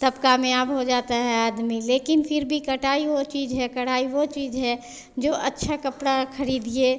तब कामयाब हो जाते हैं आदमी लेकिन फिर भी कटाई वह चीज़ है कढ़ाई वह चीज़ है जो अच्छा कपड़ा ख़रीदिए